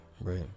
right